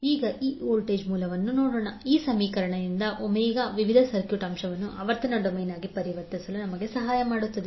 ಈಗ ಈ ವೋಲ್ಟೇಜ್ ಮೂಲವನ್ನು ನೋಡೋಣ 20cos 4t ⇒20∠0°ω4rads ಈಗ ಇದು ω ವಿವಿಧ ಸರ್ಕ್ಯೂಟ್ ಅಂಶಗಳನ್ನು ಆವರ್ತನ ಡೊಮೇನ್ ಆಗಿ ಪರಿವರ್ತಿಸಲು ನಮಗೆ ಸಹಾಯ ಮಾಡುತ್ತದೆ